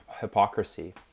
hypocrisy